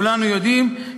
כולנו יודעים,